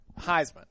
Heisman